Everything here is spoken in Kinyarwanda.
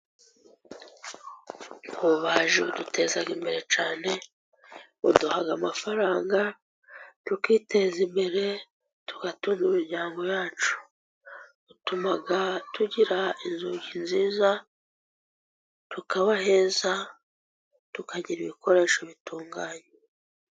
Ububaji buduteza imbere cyane, buduha amafaranga tukiteza imbere, tugatunga imiryango yacu. Butuma tugira inzu nziza, tukaba heza, tukagira ibikoresho bitunganye.